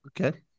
Okay